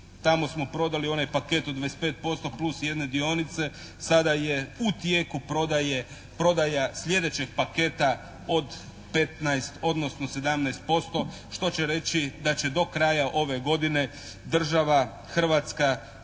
Tamo smo prodali onaj paket od 25% plus jedne dionice. Sada je u tijeku prodaja sljedećeg paketa od 15 odnosno 17% što će reći da će do kraja ove godine država Hrvatska